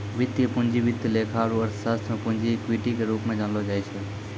वित्तीय पूंजी वित्त लेखा आरू अर्थशास्त्र मे पूंजी इक्विटी के रूप मे जानलो जाय छै